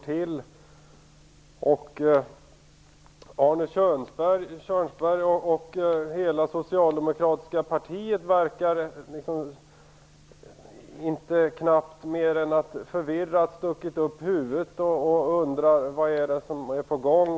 Det verkar som om Arne Kjörnsberg och hela det socialdemokratiska partiet förvirrat sticker upp huvudet och undrar vad som är på gång.